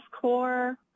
Core